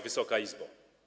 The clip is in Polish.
Wysoka Izbo!